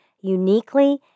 uniquely